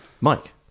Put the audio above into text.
Mike